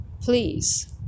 please